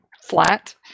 flat